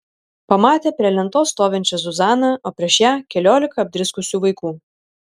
pamatė prie lentos stovinčią zuzaną o prieš ją keliolika apdriskusių vaikų